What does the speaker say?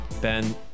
ben